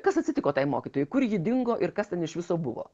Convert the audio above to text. kas atsitiko tai mokytojai kur ji dingo ir kas ten iš viso buvo